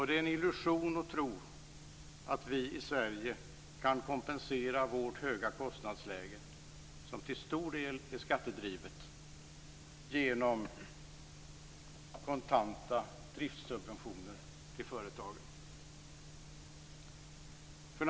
Det är en illusion att tro att vi i Sverige kan kompensera vårt höga kostnadsläge, som till stor del är skattedrivet, genom kontanta driftssubventioner till företagen.